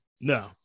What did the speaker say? No